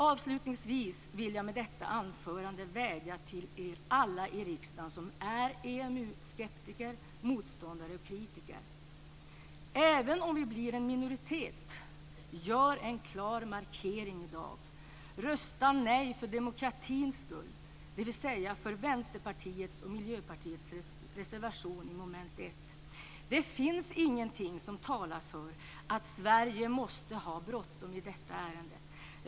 Avslutningsvis vill jag med detta anförande vädja till er alla i riksdagen som är EMU-skeptiker, motståndare och kritiker. Gör en klar markering i dag, även om vi blir en minoritet! Rösta nej för demokratins skull, dvs. rösta för Vänsterpartiets och Det finns ingenting som talar för att Sverige måste ha bråttom i detta ärende.